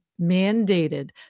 mandated